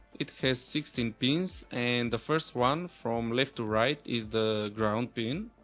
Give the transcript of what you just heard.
it has sixteen pins and the first one from left to right is the ground pin.